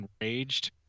enraged